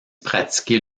pratiquer